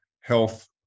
health